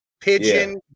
Pigeon